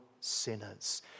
sinners